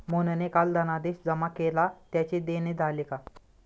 मोहनने काल धनादेश जमा केला त्याचे देणे झाले का?